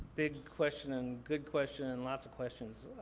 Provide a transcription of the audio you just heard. big question and good question and lots of questions.